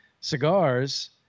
cigars